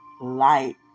light